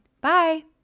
Bye